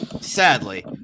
sadly